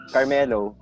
Carmelo